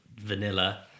vanilla